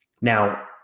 Now